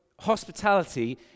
hospitality